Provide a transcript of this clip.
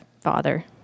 father